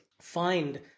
find